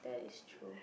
that is true